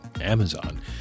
Amazon